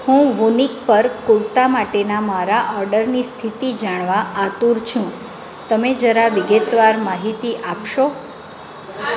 હું વૂનિક પર કુર્તા માટેના મારા ઓર્ડરની સ્થિતિ જાણવા આતુર છું તમે જરા વિગતવાર માહિતી આપશો